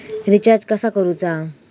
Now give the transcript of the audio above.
Recharge कसा करूचा?